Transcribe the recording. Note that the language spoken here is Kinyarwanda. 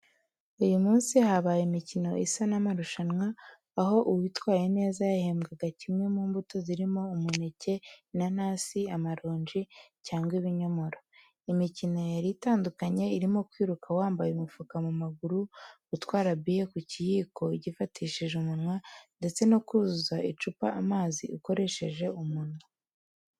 Uyu munsi habaye imikino isa n’amarushanwa, aho uwitwaye neza yahembwaga kimwe mu mbuto zirimo umuneke, inanasi, amaronji cyangwa ibinyomoro. Imikino yari itandukanye, irimo kwiruka wambaye umufuka mu maguru, gutwara biye ku kiyiko ugifatishije umunwa, ndetse no kuzuza icupa amazi ukoresheje umunwa.